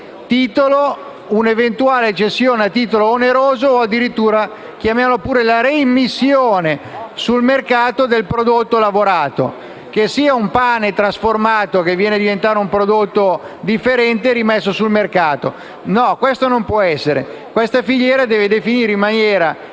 forma l'eventuale cessione a titolo oneroso o, addirittura, la reimmissione sul mercato del prodotto lavorato, quale potrebbe essere un pane trasformato che viene a diventare un prodotto differente ed è rimesso sul mercato. No, questo non può essere. Questa filiera deve definire in maniera